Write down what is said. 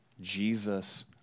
Jesus